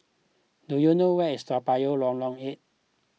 do you know where is Toa Payoh Lorong eight